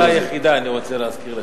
הם לא המפלגה היחידה, אני רוצה להזכיר לך.